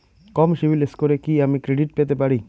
কম CIBIL স্কোরে কি আমি ক্রেডিট পেতে পারি?